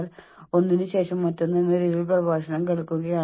നിങ്ങൾ വിഷമിക്കുന്ന കാര്യങ്ങളുടെ ഒരു ലിസ്റ്റ് ഉണ്ടാക്കുക അവയ്ക്ക് മുൻഗണന നൽകുക